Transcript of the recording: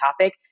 topic